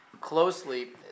closely